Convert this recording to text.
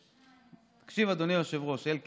תקשיב, אדוני היושב-ראש, אלקין.